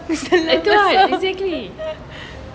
itu ah exactly